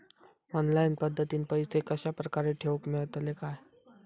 Online पद्धतीन पैसे कश्या प्रकारे ठेऊक मेळतले काय?